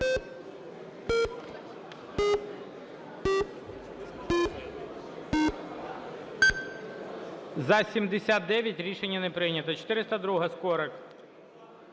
За-79 Рішення не прийнято. 402-а, Скорик.